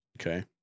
Okay